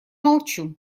молчу